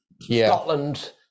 scotland